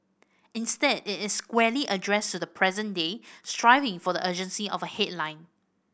instead it is squarely addressed to the present day striving for the urgency of a headline